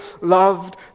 loved